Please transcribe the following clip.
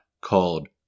called